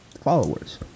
followers